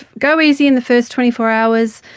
go easy in the first twenty four hours,